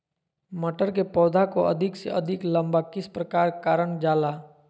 मटर के पौधा को अधिक से अधिक लंबा किस प्रकार कारण जाला?